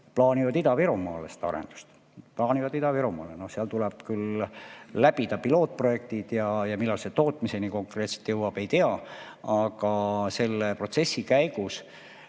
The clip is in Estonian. Plaanivad Ida-Virumaale. No seal tuleb küll läbida pilootprojektid ja millal see tootmiseni konkreetselt jõuab, ei tea. Aga selle protsessi käigus